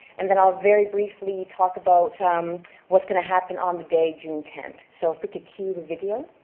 and then i'll very briefly talk about ah um what's going to happen on the day june tenth. so if we could cue the video.